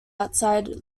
outside